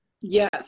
Yes